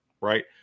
right